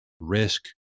risk